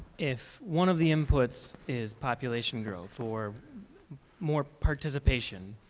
if one of the inputs is population growth or more participation,